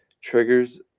Triggers